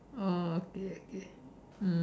oh okay okay